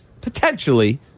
potentially